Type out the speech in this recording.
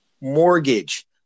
mortgage